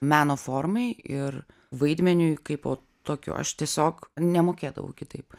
meno formai ir vaidmeniui kaipo tokiu aš tiesiog nemokėdavau kitaip